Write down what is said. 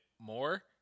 more